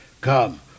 Come